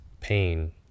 pain